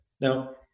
Now